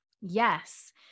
yes